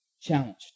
Challenged